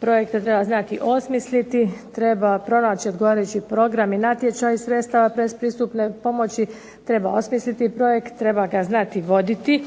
projekte treba znati osmisliti, treba pronaći odgovarajući program i natječaj iz sredstava pretpristupne pomoći, treba osmisliti projekt, treba ga znati voditi